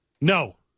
No